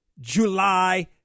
July